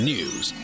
News